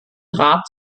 rat